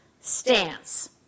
stance